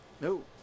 No